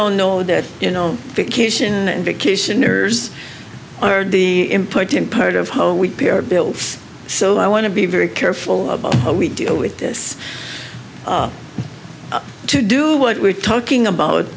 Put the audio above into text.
all know that you know kitchen and vacationers are the important part of how we pay our bills so i want to be very careful about how we deal with this to do what we're talking about